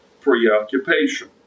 preoccupation